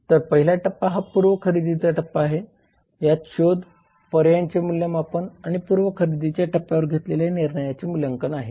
तर पहिला टप्पा हा पूर्व खरेदीचा टप्पा आहे ज्यात शोध पर्यायांचे मूल्यमापन आणि पूर्व खरेदीच्या टप्प्यावर घेतलेल्या निर्णयाचे मूल्यांकन आहे